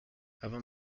avant